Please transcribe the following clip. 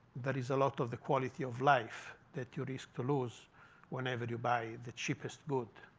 there is a lot of the quality of life that you risk to lose whenever you buy the cheapest good.